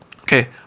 Okay